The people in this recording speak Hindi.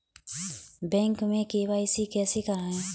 बैंक में के.वाई.सी कैसे करायें?